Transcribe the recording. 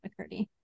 McCurdy